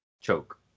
choke